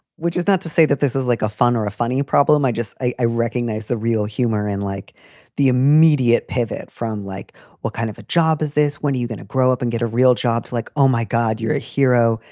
which is not to say that this is like a fun or a funny problem. i just i i recognize the real humor and like the immediate pivot from like what kind of a job is this? when are you going to grow up and get a real jobs like, oh, my god, you're a hero.